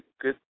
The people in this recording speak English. good